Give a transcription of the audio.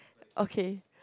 okay